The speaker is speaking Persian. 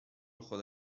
خدا